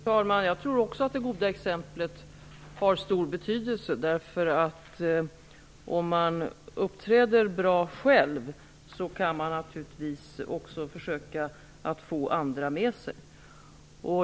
Fru talman! Jag tror också att det goda exemplet har stor betydelse. Om man uppträder bra själv, kan man naturligtvis också försöka att få andra med sig.